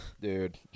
Dude